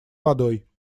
водой